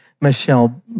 Michelle